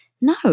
No